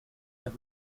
der